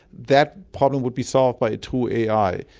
that problem would be solved by a two ai.